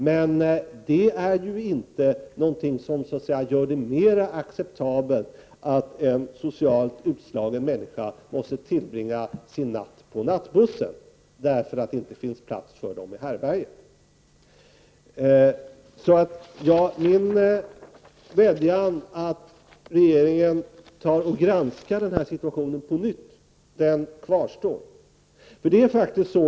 Men detta gör det inte så att säga mera acceptabelt att en socialt utslagen människa måste tillbringa sin natt på nattbussen, därför att det inte finns plats i härbärget. Så min vädjan att regeringen på nytt granskar situationen kvarstår.